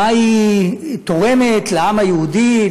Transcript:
מה היא תורמת לעם היהודי,